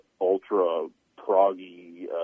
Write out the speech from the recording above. ultra-proggy